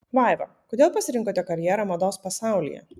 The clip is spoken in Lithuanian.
vaiva kodėl pasirinkote karjerą mados pasaulyje